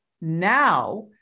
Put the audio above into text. Now